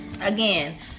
again